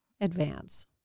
advance